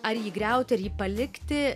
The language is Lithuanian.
ar jį griauti ar jį palikti